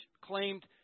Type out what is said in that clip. claimed